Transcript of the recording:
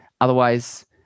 Otherwise